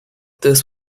this